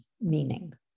meaning